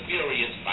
Furious